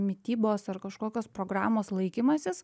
mitybos ar kažkokios programos laikymasis